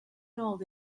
nol